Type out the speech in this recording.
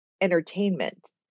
entertainment